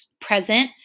present